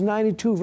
92